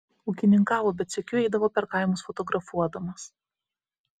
ūkininkavo bet sykiu eidavo per kaimus fotografuodamas